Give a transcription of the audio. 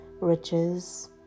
Riches